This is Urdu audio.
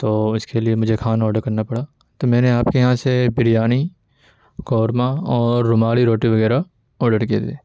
تو اس کے لیے مجھے کھانا آڈر کرنا پڑا تو میں نے آپ کے یہاں سے بریانی قورمہ اور رومالی روٹی وغیرہ آڈر کیے تھے